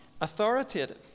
authoritative